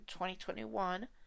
2021